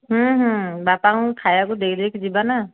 ବାପା ଙ୍କୁ ଖାଇବାକୁ ଦେଇଦେଇକି ଯିବା ନା